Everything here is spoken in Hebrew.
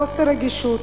חוסר רגישות,